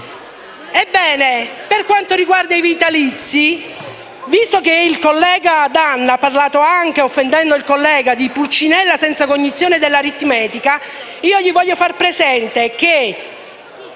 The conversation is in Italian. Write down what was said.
Ebbene, per quanto riguarda i vitalizi, visto che il collega D'Anna ha parlato anche, offendendo il collega, di Pulcinella senza cognizione dell'aritmetica, io vorrei far presente che